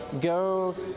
Go